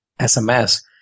SMS